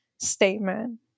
statement